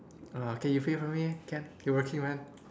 !wah! k you pay for me eh can you working man